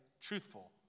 truthful